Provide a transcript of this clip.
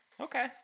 Okay